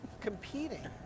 competing